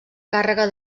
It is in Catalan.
càrrega